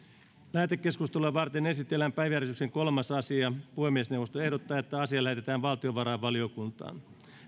lähetekeskustelua varten esitellään päiväjärjestyksen kolmas asia puhemiesneuvosto ehdottaa että asia lähetetään valtiovarainvaliokuntaan